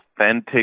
authentic